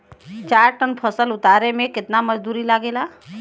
चार टन फसल उतारे में कितना मजदूरी लागेला?